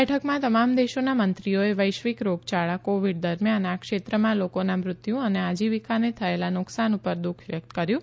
બેઠકમાં તમામ દેશોના મંત્રીઓએ વૈશ્વિક રોગયાળા કોવિડ દરમિયાન આ ક્ષેત્રમાં લોકોના મૃત્યુ અને આજીવીકાને થયેલા નુકસાન પર દુઃખ વ્યકત કર્યુ